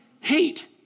hate